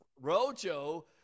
Rojo